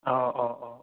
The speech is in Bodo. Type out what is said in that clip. अह अह अह